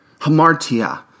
hamartia